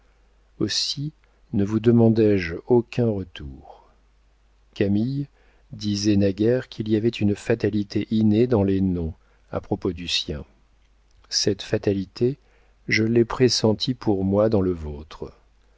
aussi ne vous demandé je aucun retour camille disait naguère qu'il y avait une fatalité innée dans les noms à propos du sien cette fatalité je l'ai pressentie pour moi dans le vôtre